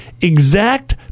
exact